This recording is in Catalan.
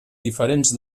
diferents